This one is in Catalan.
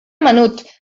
menut